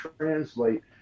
translate